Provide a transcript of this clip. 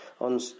on